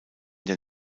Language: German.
der